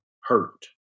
hurt